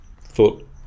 thought